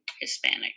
Hispanic